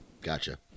Gotcha